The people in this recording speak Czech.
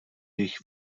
jejich